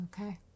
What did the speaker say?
Okay